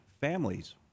families